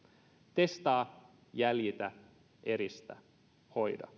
testaa jäljitä eristä hoida